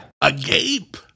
Agape